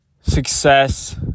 success